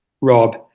Rob